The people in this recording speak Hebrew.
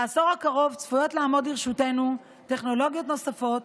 בעשור הקרוב צפויות לעמוד לרשותנו טכנולוגיות נוספות,